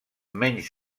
menys